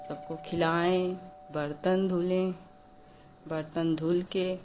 सबको खिलाएँ बर्तन धुले बर्तन धुल कर